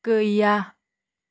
गैया